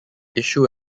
issue